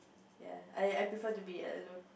ya I I prefer to be alone